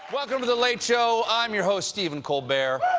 welcome to the late show. i'm your host, stephen colbert.